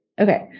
Okay